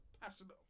passionate